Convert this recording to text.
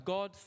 God